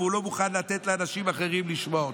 והוא לא מוכן לתת לאנשים אחרים לשמוע אותו.